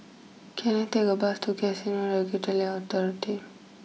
can I take a bus to Casino Regulatory Authority